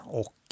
och